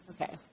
Okay